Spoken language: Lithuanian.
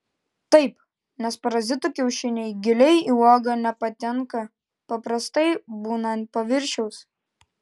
taip nes parazitų kiaušiniai giliai į uogą nepatenka paprastai būna ant paviršiaus